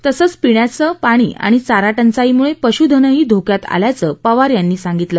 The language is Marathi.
तसंच पिण्याचं पाणी आणि चारा टंचाईमुळे पशूधनही धोक्यात आल्याचं पवार यांनी यावेळी सांगितलं